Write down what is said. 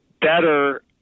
better